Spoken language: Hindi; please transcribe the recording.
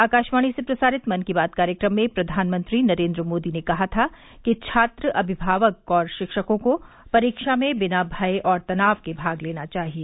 आकाशवाणी से प्रसारित मन की बात कार्यक्रम में प्रधानमंत्री नरेन्द्र मोदी ने कहा था कि छात्र अभिभावक और शिक्षकों को परीक्षाओं में बिना भय और तनाव के भाग लेना चाहिए